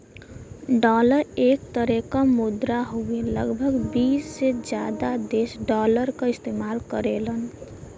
dollar एक तरे क मुद्रा हउवे लगभग बीस से जादा देश डॉलर क इस्तेमाल करेलन